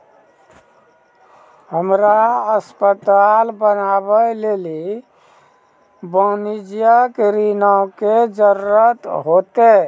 हमरा अस्पताल बनाबै लेली वाणिज्यिक ऋणो के जरूरत होतै